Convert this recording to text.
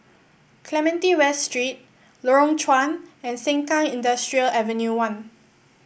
Clementi West Street Lorong Chuan and Sengkang Industrial Ave one